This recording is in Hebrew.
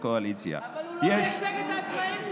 אבל הוא כבר לא מייצג את העצמאים,